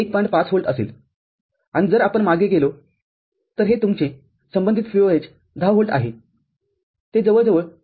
५ volt असेल आणि जर आपण मागे गेलो तर हे तुमचे संबंधित VOH १० व्होल्ट आहे ते जवळजवळ ४